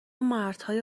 مردهای